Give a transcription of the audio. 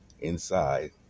inside